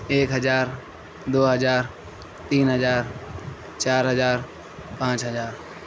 ایک ہزار دو ہزار تین ہزار چار ہزار پانچ ہزار